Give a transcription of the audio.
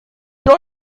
gar